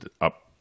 up